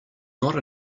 not